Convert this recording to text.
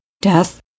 death